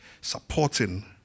supporting